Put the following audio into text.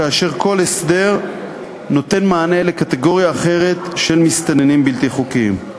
כאשר כל הסדר נותן מענה לקטגוריה אחרת של מסתננים בלתי חוקיים.